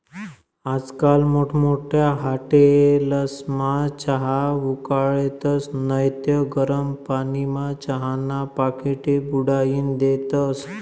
आजकाल मोठमोठ्या हाटेलस्मा चहा उकाळतस नैत गरम पानीमा चहाना पाकिटे बुडाईन देतस